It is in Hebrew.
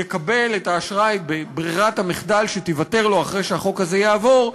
יקבל את האשראי בברירת המחדל שתיוותר לו אחרי שהחוק הזה יעבור,